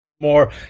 more